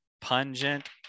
pungent